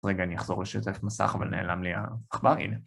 רגע, אני אחזור לשתף מסך, אבל נעלם לי העכבר, הנה.